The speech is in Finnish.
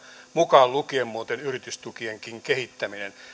mukaan lukien muuten yritystukienkin kehittäminen mutta